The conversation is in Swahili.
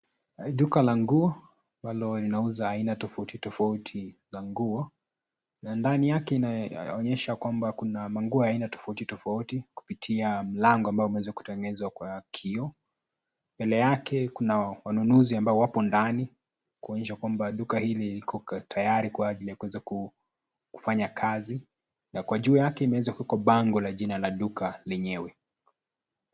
Duka la nguo ambalo linauza tofauti, tofauti la nguo na ndani yake inaonyesha kwamba kuna manguo ya aina tofauti, tofauti kupitia mlango ambao umeweza kutengenezwa kwa kioo. Mbele yake kuna wanunuzi ambao wapo ndani kuonyesha kwamba duka hili liko tayari kwa ajili ya kuweza kufanya kazi na kwa juu yake imeweza kuwekwa bango kwa jina la duka lenyewe.